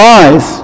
eyes